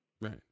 right